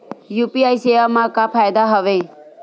UPI सेवा मा का फ़ायदा हवे?